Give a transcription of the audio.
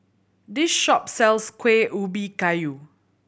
this shop sells Kuih Ubi Kayu